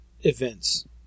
events